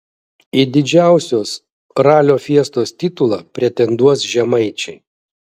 į didžiausios ralio fiestos titulą pretenduos žemaičiai